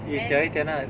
雨小一点啦